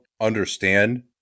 understand